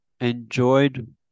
enjoyed